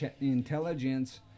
intelligence